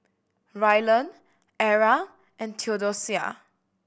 Rylan Era and Theodosia